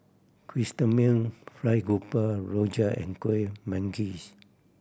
Chrysanthemum Fried Grouper rojak and Kuih Manggis